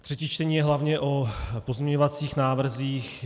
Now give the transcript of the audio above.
Třetí čtení je hlavně o pozměňovacích návrzích.